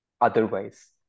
otherwise